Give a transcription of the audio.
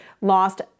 lost